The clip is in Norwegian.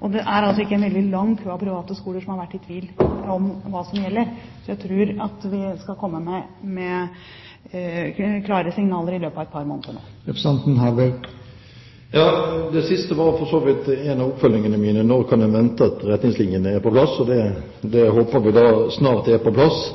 og det er ikke en veldig lang kø av private skoler som har vært i tvil om hva som gjelder. Jeg tror at vi skal komme med klare signaler i løpet av et par måneder nå. Det siste var for så vidt et av oppfølgingsspørsmålene mine – om når vi kan vente at retningslinjene er på plass. Da håper vi de snart er på plass.